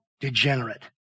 degenerate